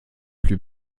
plus